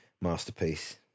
Masterpiece